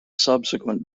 subsequent